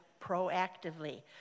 proactively